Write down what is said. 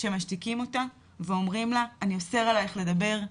שמשתיקים אותה ואומרים לה "אני אוסר עלייך לדבר",